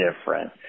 different